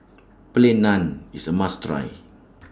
Plain Naan IS A must Try